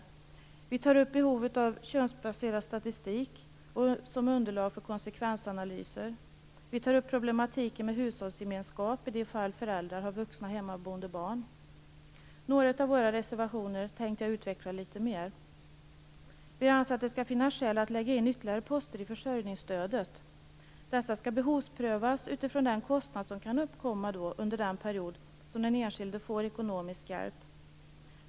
Vi tar t.ex. upp behovet av könsbaserad statistik som underlag för konsekvensanalyser. Vi tar också upp problematiken med hushållsgemenskap i de fall föräldrar har vuxna hemmaboende barn. Några av våra reservationer tänkte jag utveckla litet mer. Vi anser att det skall finnas skäl att lägga in ytterligare poster i försörjningsstödet. Dessa skall behovsprövas utifrån den kostnad som kan uppkomma under den period som den enskilda får ekonomisk hjälp.